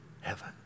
heaven